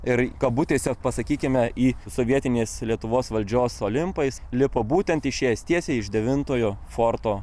ir kabutėse pasakykime į sovietinės lietuvos valdžios olimpą jis lipo būtent išėjęs tiesiai iš devintojo forto